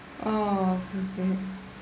oh okay okay